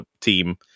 team